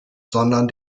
sondern